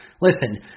Listen